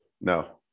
No